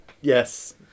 Yes